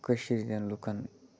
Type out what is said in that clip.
کٔشیٖرِ ہِنٛدٮ۪ن لُکَن